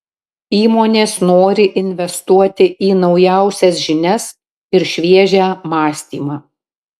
įmonės nori investuoti į naujausias žinias ir šviežią mąstymą